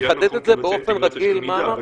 היה נכון --- של מידע,